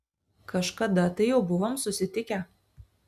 kažkada tai jau buvom susitikę